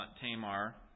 Tamar